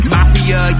Mafia